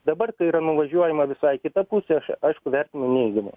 dabar tai yra nuvažiuojama visai į kitą pusę aš aišku vertinu neigiamai